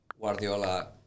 Guardiola